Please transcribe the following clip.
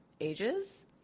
ages